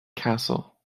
castle